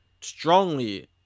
strongly